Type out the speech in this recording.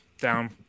Down